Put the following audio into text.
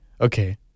Okay